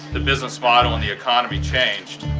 the business model and the economy changed,